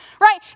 right